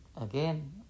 again